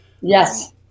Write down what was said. yes